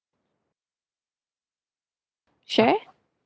share